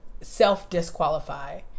self-disqualify